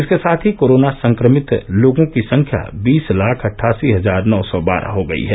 इसके साथ ही कोरोना संक्रमित लोगों की संख्या बीस लाख अटठासी हजार नौ सौ बारह हो गई है